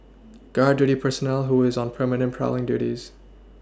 guard duty personnel who is on permanent prowling duties